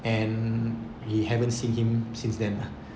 and we haven't seen him since then lah